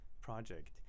project